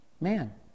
Man